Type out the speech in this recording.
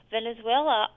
Venezuela